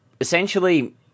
essentially